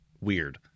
weird